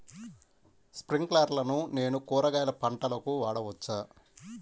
స్ప్రింక్లర్లను నేను కూరగాయల పంటలకు వాడవచ్చా?